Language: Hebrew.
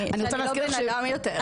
כאילו אני לא בן אדם יותר.